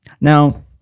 Now